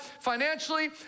financially